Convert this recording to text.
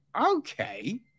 okay